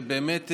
באמת,